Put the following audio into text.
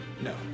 No